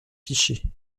fichier